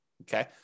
Okay